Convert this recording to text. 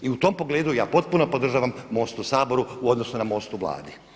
I u tom pogledu ja potpuno podržavam MOST u Saboru u odnosu na MOST u Vladi.